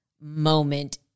moment